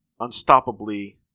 unstoppably